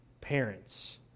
parents